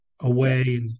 away